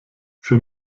für